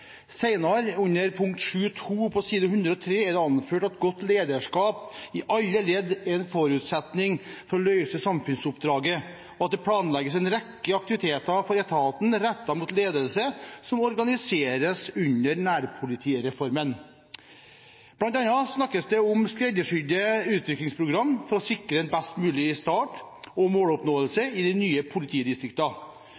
under pkt. 7.2 på side 103 er det anført at godt lederskap i alle ledd er en forutsetning for å løse samfunnsoppdraget, og at det planlegges en rekke aktiviteter for etaten rettet mot ledelse, som organiseres under nærpolitireformen. Blant annet snakkes det om skreddersydde utviklingsprogram for å sikre en best mulig start og måloppnåelse i de nye